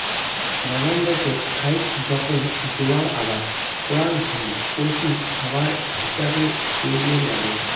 নানান দ্যাশত ফাইক জোখন জোয়ার আবাদ করাং হই পশু খাবার হিছাবে চইলের বাদে